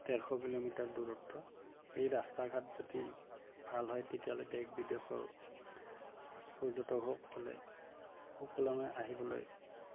ডেৰশ কিলোমিটাৰ দূৰত্ব এই ৰাস্তা ঘাট যদি ভাল হয় তেতিয়াহ'লে দেশ বিদেশৰ পৰ্যটকসকলে সুকলমে আহিবলৈ